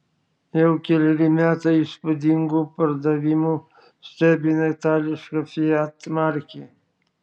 jau keleri metai įspūdingu pardavimu stebina itališka fiat markė